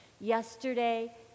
yesterday